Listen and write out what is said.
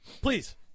Please